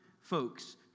folks